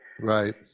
Right